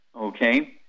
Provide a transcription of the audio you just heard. okay